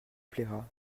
plaira